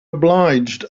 obliged